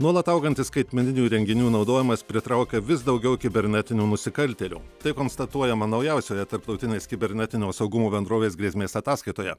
nuolat augantis skaitmeninių įrenginių naudojimas pritraukia vis daugiau kibernetinių nusikaltėlių tai konstatuojama naujausioje tarptautinės kibernetinio saugumo bendrovės grėsmės ataskaitoje